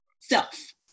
self